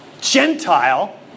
Gentile